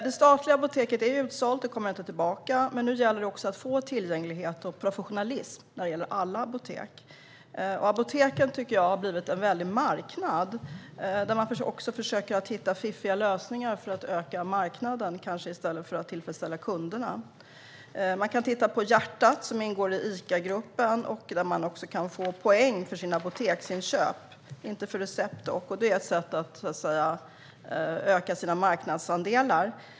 Det statliga apoteket är utsålt och kommer inte tillbaka. Nu gäller det att få tillgänglighet och professionalism vid alla apotek. Apoteken har blivit en väldig marknad. Man försöker hitta fiffiga lösningar, men kanske snarare för att öka marknaden än för att tillfredsställa kunderna. Ett exempel är Hjärtat, som ingår i Icagruppen. Där kan kunderna få poäng för sina apoteksinköp, men inte för recept. På det sättet ska man så att säga öka sina marknadsandelar.